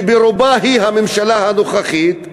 שברובה היא הממשלה הנוכחית,